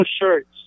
shirts